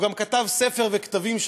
והוא גם כתב ספר וכתבים,